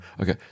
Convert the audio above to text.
okay